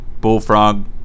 bullfrog